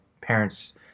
parents